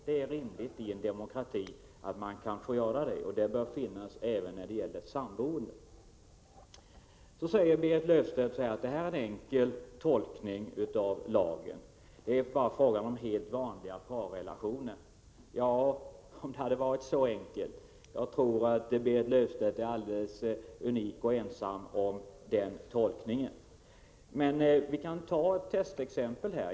Det är rimligt att man i en demokrati får göra det, och det bör gälla även samboende. Berit Löfstedt säger att tolkningen av lagen är enkel och att det gäller helt vanliga parrelationer. Ja, om det hade varit så enkelt! Jag tror att Berit Löfstedt är alldeles unik och ensam om den tolkningen. Vi kan ta ett testexempel.